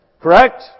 Correct